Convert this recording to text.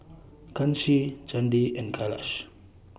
Kanshi Chandi and Kailash